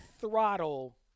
throttle